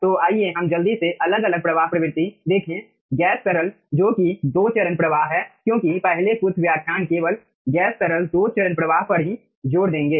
तो आइए हम जल्दी से अलग अलग प्रवाह प्रवृत्ति देखें गैस तरल में जो कि दो चरण प्रवाह है क्योंकि पहले कुछ व्याख्यान केवल गैस तरल दो चरण प्रवाह पर ही जोर देंगे